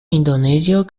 indonezio